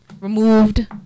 removed